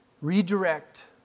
Redirect